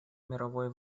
мировой